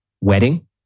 wedding